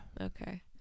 Okay